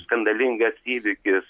skandalingas įvykis